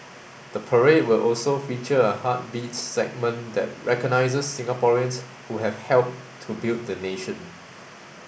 the parade will also feature a heartbeats segment that recognises Singaporeans who have helped to build the nation